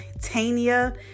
Tania